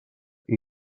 tres